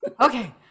okay